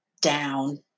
down